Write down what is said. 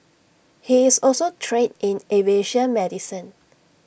he is also trained in aviation medicine